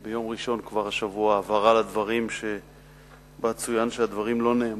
כבר ביום ראשון השבוע הבהרה לדברים וצוין שהדברים לא נאמרו.